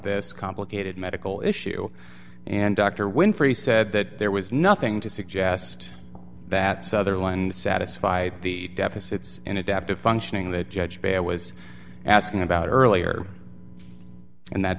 this complicated medical issue and dr winfrey said that there was nothing to suggest that sutherland satisfy the deficits in adaptive functioning that judge bear was asking about earlier and that